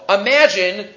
imagine